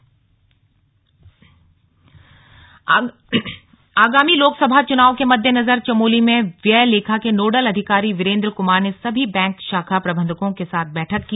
slug चुनाव बैठक आगामी लोकसभा चुनाव के मद्देनजर चमोली में व्यय लेखा के नोडल अधिकारी वीरेन्द्र कुमार ने सभी बैंक शाखा प्रबन्धकों के साथ बैठक की